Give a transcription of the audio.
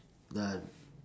uh